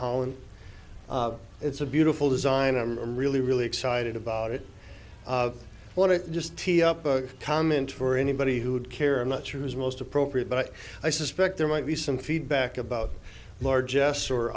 holland it's a beautiful design a really really excited about it what i just tee up a comment for anybody who would care i'm not sure who is most appropriate but i suspect there might be some feedback about large jests or